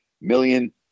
million